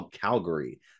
Calgary